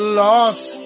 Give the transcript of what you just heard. lost